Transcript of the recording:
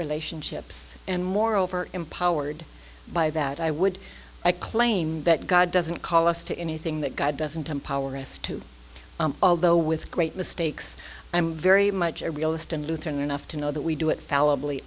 relationships and moreover empowered by that i would i claim that god doesn't call us to anything that god doesn't empower us to although with great mistakes i'm very much a realist and lutheran enough to know that we do it all